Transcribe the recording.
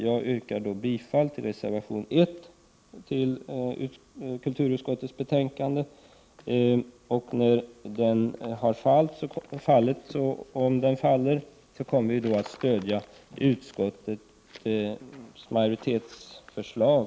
Jag yrkar bifall till reservation 1i kulturutskottets betänkande. Om den faller kommer vi att stödja utskottsmajoritetens förslag.